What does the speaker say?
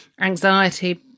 anxiety